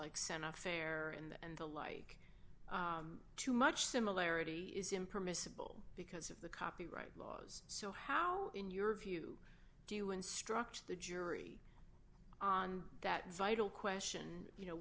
like santa fair and the like too much similarity is impermissible because of the copyright laws so how in your view do you instruct the jury on that vital question you know